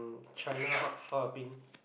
China har~ Harbin